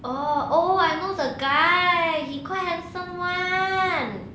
orh oh I know the guy he quite handsome [one]